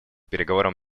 переговорам